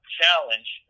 challenge